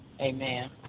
Amen